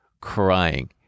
crying